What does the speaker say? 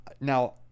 Now